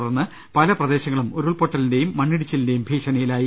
തുടർന്ന് പല പ്രദേശങ്ങളും ഉരുൾപൊട്ടലിന്റെയും മണ്ണിടിച്ചിലിന്റെയും ഭീഷണി യിലായി